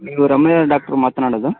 ನೀವು ರಮ್ಯಾ ಡಾಕ್ಟರ್ ಮಾತನಾಡೋದಾ